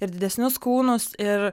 ir didesnius kūnus ir